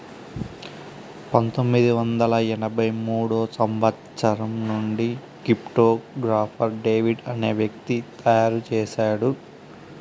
పంతొమ్మిది వందల ఎనభై మూడో సంవచ్చరం నుండి క్రిప్టో గాఫర్ డేవిడ్ అనే వ్యక్తి తయారు చేసాడు